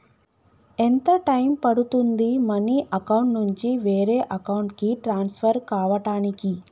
ఎంత టైం పడుతుంది money account నుంచి వేరే అకౌంట్ కి ట్రాన్స్ఫర్ కావటానికి?